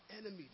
enemy